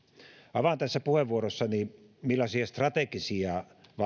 avaan tässä puheenvuorossani millaisista strategisista